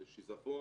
שיזפון,